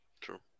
true